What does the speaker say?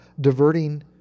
diverting